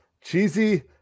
cheesy